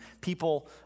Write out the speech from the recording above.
People